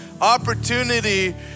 opportunity